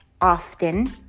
often